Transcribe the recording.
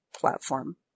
platform